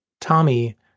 Tommy